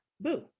boo